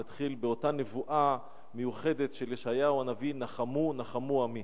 ונתחיל באותה נבואה מיוחדת של ישעיהו הנביא: נחמו נחמו עמי.